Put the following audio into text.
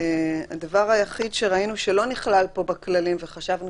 הדבר היחיד שראינו שלא נכלל פה בכללים וחשבנו